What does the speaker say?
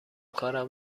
کارم